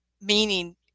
meaning